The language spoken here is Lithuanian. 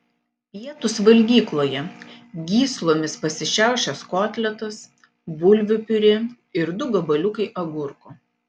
pietūs valgykloje gyslomis pasišiaušęs kotletas bulvių piurė ir du gabaliukai agurko